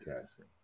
casting